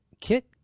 Kit